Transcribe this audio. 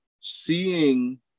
seeing